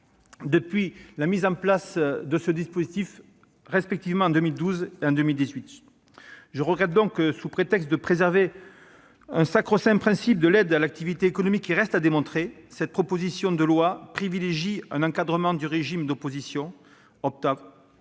depuis la mise en place de celui-ci, respectivement en 2012 et en 2018. Je regrette que, sous prétexte de préserver le sacro-saint principe de l'aide à l'activité économique, lequel reste à démontrer, cette proposition de loi privilégie un encadrement du régime d'opposition- ,